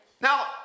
Now